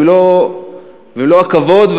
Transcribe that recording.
במלוא הכבוד,